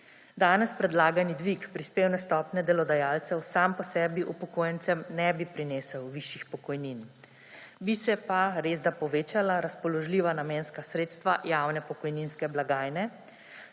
Danes predlagani dvig prispevne stopnje delodajalcev sam po sebi upokojencem ne bi prinesel višjih pokojnin, bi se pa resda povečala razpoložljiva namenska sredstva javne pokojninske blagajne,